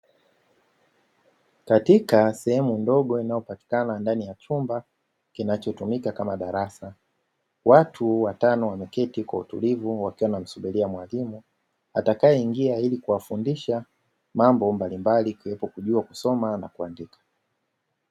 Katika sehemu ndogo inayo patikana ndani ya chumba kinacho tumika kama darasa, watu watano wameketi kwa utulivu, wakiwa wanamsubiria mwalimu atakae ingia ili kuwafundisha mambo mbalimbali, ikiwepo kujua kusoma na kuandika.